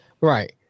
Right